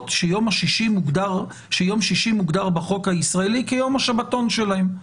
שיום שישי מוגדר בחוק הישראלי כיום השבתון שלהם.